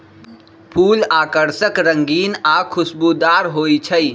फूल आकर्षक रंगीन आ खुशबूदार हो ईछई